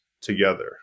together